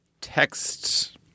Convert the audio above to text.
text